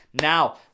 Now